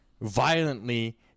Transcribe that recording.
violently